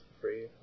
free